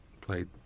played